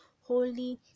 holy